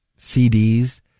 CDs